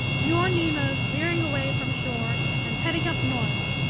your nemo's veering away from shore and heading up north.